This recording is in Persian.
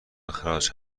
اخراج